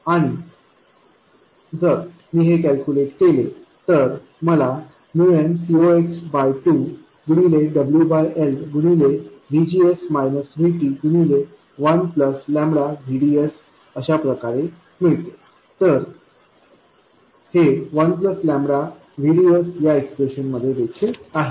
आणि जर मी हे कॅल्क्युलेट केले तर मला nCox2 गुणिले WL गुणिले गुणिले 1VDS अशाप्रकारे मिळते तर हे 1VDSया एक्सप्रेशन मध्ये देखील आहे